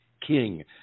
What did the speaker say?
King